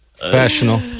Professional